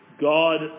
God